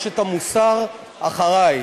יש את המוסר "אחרי".